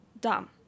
dumb